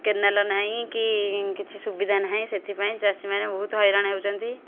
canal ନାହିଁ କି କିଛି ସୁବିଧା ନାହିଁ ସେଥିପାଇଁ ଚାଷୀମାନେ ବହୁତ ହଇରାଣ ହେଉଛନ୍ତି